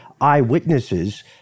eyewitnesses